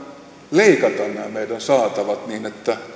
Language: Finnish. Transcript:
leikata nämä meidän saatavamme niin että